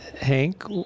Hank